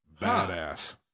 Badass